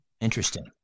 interesting